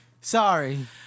Sorry